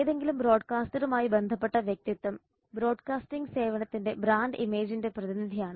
ഏതെങ്കിലും ബ്രോഡ്കാസ്റ്ററുമായി ബന്ധപ്പെട്ട വ്യക്തിത്വം ബ്രോഡ്കാസ്റ്റിംഗ് സേവനത്തിന്റെ ബ്രാൻഡ് ഇമേജിന്റെ പ്രതിനിധിയാണ്